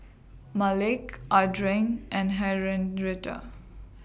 Malik Adriene and